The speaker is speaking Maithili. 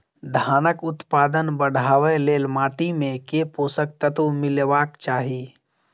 धानक उत्पादन बढ़ाबै लेल माटि मे केँ पोसक तत्व मिलेबाक चाहि?